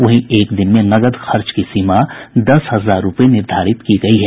वहीं एक दिन में नकद खर्च की सीमा दस हजार रूपये निर्धारित की गई है